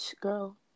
girl